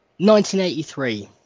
1983